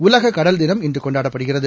உலக கடல் தினம் இன்றுகொண்டாடப்படுகிறது